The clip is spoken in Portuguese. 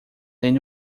nem